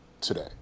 today